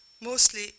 mostly